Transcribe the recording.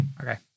Okay